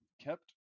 kept